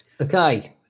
Okay